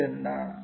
ഇത് എന്താണ്